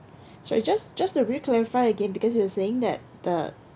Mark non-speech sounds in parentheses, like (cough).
(breath) sorry just just to re-clarify again because you were saying that the